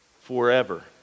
forever